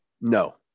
No